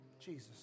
Jesus